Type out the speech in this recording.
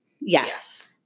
yes